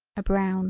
a brown